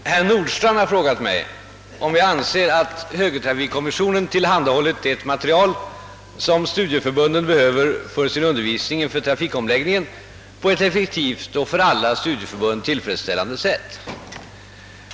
Herr talman! Herr Nordstrandh har frågat mig, om jag anser att högertrafikkommissionen tillhandahållit det material, som studieförbunden behöver för sin undervisning inför trafikomläggningen, på ett effektivt och för alla studieförbund tillfredsställande sätt.